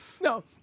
No